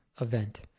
event